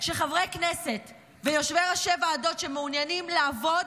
שחברי כנסת ויושבי-ראש ועדות שמעוניינים לעבוד,